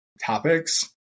topics